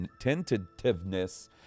tentativeness